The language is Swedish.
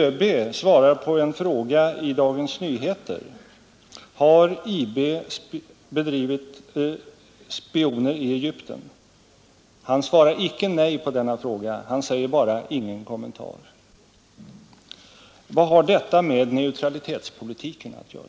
Dagens Nyheter frågade ÖB: ”Har IB bedrivit spioneri i Egypten?” Han svarade inte nej på den frågan, han sade bara: ”Ingen kommentar.” Vad har detta med neutralitetspolitiken att göra?